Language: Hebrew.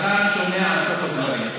חכם שומע עד סוף הדברים.